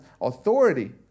authority